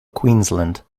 queensland